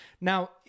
Now